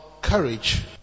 courage